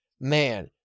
man